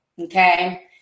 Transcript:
Okay